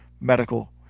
medical